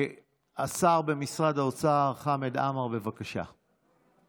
השר במשרד האוצר חמד עמאר, בבקשה.